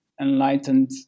enlightened